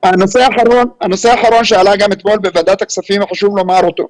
הנושא האחרון שעלה גם אתמול בוועדת הכספים וחשוב לומר אותו.